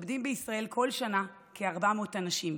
מתאבדים בישראל כל שנה כ-400 אנשים.